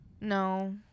no